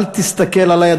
אל תסתכל עלי,